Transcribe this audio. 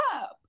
up